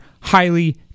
highly